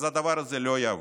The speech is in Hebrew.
אז הדבר הזה לא יעבור.